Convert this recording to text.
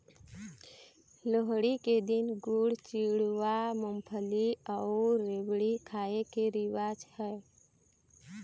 लोहड़ी के दिन गुड़, चिवड़ा, मूंगफली अउ रेवड़ी खाए के रिवाज हे